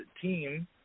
team